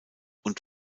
und